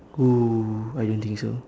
oh I don't think so